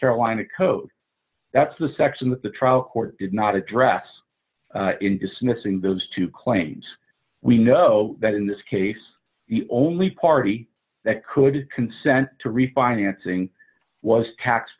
carolina code that's the section that the trial court did not address in dismissing those two claims we know that in this case the only party that could consent to refinancing was tax